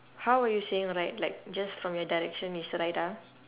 how were you seeing right like just from your direction it's right ah